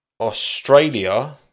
Australia